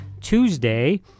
Tuesday